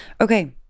Okay